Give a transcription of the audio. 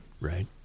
Right